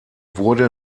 wurde